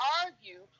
argue